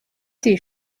étés